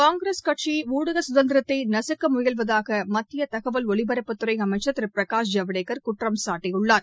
காங்கிரஸ் கட்சி ஊடக கதந்திரத்தை நகக்க முயல்வதாக மத்திய தகவல் ஒலிபரப்புத்துறை அமைச்சர் திரு பிரகாஷ் ஜவடேகர் குற்றம் சாட்டியுள்ளார்